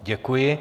Děkuji.